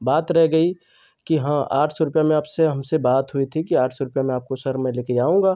बात रह गई कि हाँ आठ सौ रुपये में आपसे हमसे बात हुई थी कि आठ सौ रुपये में आपको सर मैं लेकर जाऊँगा